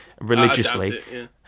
religiously